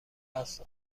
است